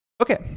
Okay